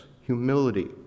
humility